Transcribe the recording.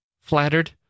flattered